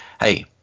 hey